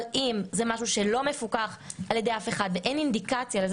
אבל אם זה משהו שלא מפוקח על ידי אף אחד ואין אינדיקציה לזה